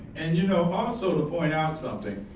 and you know also to point out something.